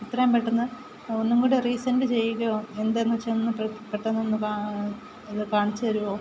എത്രയും പെട്ടെന്ന് ഒന്നും കൂടെ റീസെൻ്റ് ചെയ്യുകയോ എന്താണെന്ന് വച്ചാൽ ഒന്ന് പെട്ടെന്ന് ഒന്ന് ഇത് കാണിച്ചു തരുമോ